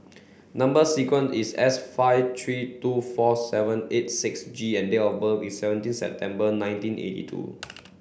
number sequence is S five three two four seven eight six G and date of birth is seventeen September nineteen eighty two